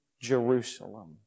Jerusalem